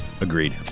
Agreed